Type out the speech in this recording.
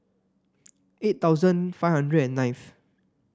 eight thousand five hundred and ninth